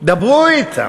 דברו אתם.